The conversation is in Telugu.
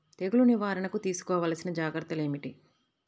తెగులు నివారణకు తీసుకోవలసిన జాగ్రత్తలు ఏమిటీ?